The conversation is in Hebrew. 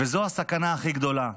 וזו הסכנה הכי גדולה.